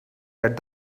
that